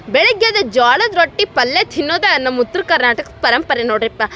ಬೆಳಿಗ್ಗೆ ಎದ್ದು ಜೋಳದ ರೊಟ್ಟಿ ಪಲ್ಯ ತಿನ್ನೋದೇ ನಮ್ಮ ಉತ್ರ ಕರ್ನಾಟಕದ ಪರಂಪರೆ ನೋಡಿರಿ ಪಾ